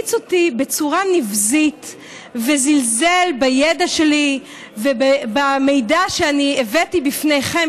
השמיץ אותי בצורה נבזית וזלזל בידע שלי ובמידע שאני הבאתי בפניכם,